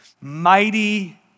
Mighty